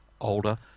older